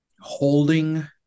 holding